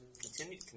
continue